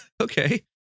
okay